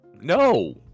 No